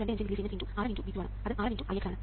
25മില്ലിസീമെൻസ് x Rm x V2 ആണ് അത് Rm x Ix ആണ്